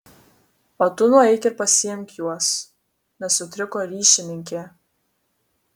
o tu nueik ir pasiimk juos nesutriko ryšininkė